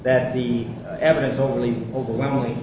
that the evidence only overwhelmingly